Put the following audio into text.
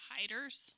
hiders